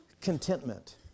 contentment